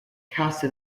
casa